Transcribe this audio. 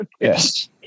Yes